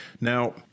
Now